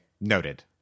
noted